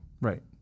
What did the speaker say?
Right